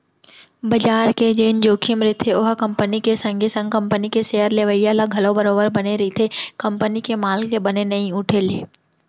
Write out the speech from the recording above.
बजार के जेन जोखिम रहिथे ओहा कंपनी के संगे संग कंपनी के सेयर लेवइया ल घलौ बरोबर बने रहिथे कंपनी के माल के बने नइ उठे ले